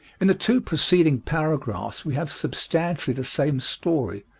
in the two preceding paragraphs we have substantially the same story,